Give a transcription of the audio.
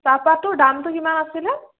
চাহপাতটোৰ দামটো কিমান আছিলে